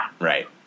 Right